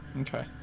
Okay